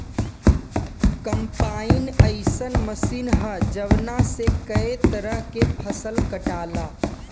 combine अइसन machine ह जवना से कए तरह के फसल कटाला